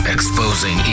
Exposing